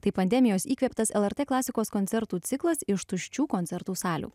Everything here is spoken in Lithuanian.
tai pandemijos įkvėptas lrt klasikos koncertų ciklas iš tuščių koncertų salių